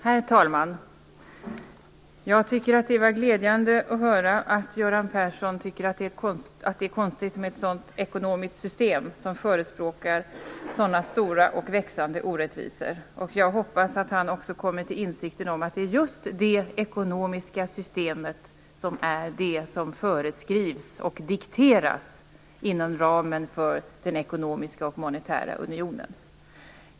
Herr talman! Jag tycker att det var glädjande att höra att Göran Persson tycker att det är konstigt med ett ekonomiskt system som förespråkar sådana stora och växande orättvisor. Jag hoppas att han också kommer till insikt om att det är just det ekonomiska system som föreskrivs och dikteras inom ramen för den ekonomiska och monetära unionen.